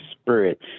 spirit